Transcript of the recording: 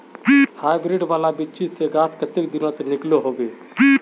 Hybrid वाला बिच्ची से गाछ कते दिनोत निकलो होबे?